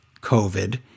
COVID